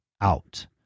out